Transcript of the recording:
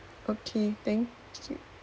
okay thank you